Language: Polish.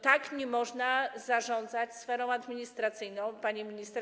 Tak nie można zarządzać sferą administracyjną, pani minister.